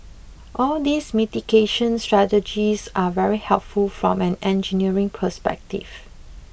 all these mitigation strategies are very helpful from an engineering perspective